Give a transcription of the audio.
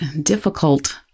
difficult